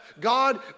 God